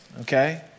okay